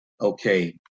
Okay